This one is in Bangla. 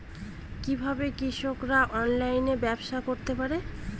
কিভাবে কৃষকরা অনলাইনে ব্যবসা করতে পারে?